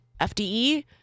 FDE